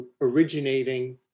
originating